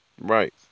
Right